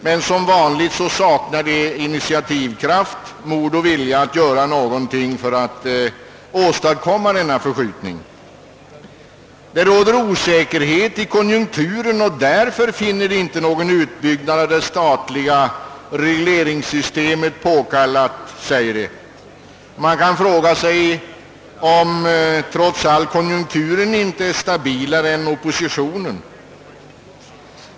Men som vanligt saknar de borgerliga initiativkraft, mod och vilja att göra någonting för att åstadkomma den nödvändiga förskjutningen. »Det råder osäkerhet i konjunkturen», säger de, och därför finner de inte någon utbyggnad av det statliga regleringssyste met påkallad. Man kan fråga sig, om trots allt konjunkturen inte är stabilare än oppositionen.